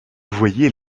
voyez